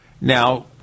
Now